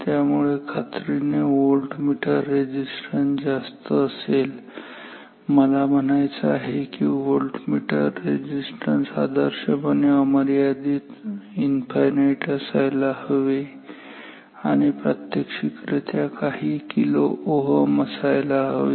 त्यामुळे खात्रीने voltmeter resistance जास्त असेल मला म्हणायचं आहे व्होल्टमीटर रेझिस्टन्स आदर्शपणे अमर्यादित ∞ असायला हवे आणि प्रात्यक्षिक रित्या काही kΩ असायला हवे